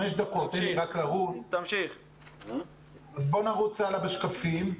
בואו נרוץ הלאה בשקפים.